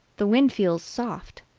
the wind feels soft!